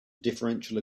differential